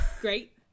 great